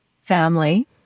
family